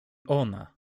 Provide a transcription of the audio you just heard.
ona